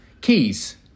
keys